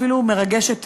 אפילו מרגשת,